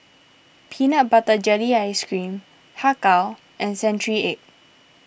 Peanut Butter Jelly Ice Cream Har Kow and Century Egg